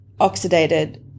oxidated